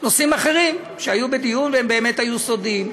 נושאים אחרים שהיו בדיון והם באמת היו סודיים.